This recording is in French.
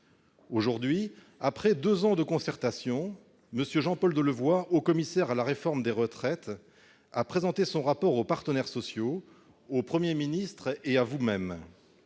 Aujourd'hui, après deux ans de concertations, M. Jean-Paul Delevoye, haut-commissaire à la réforme des retraites, a présenté son rapport aux partenaires sociaux, au Premier ministre et à vous-même,